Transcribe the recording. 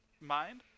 mind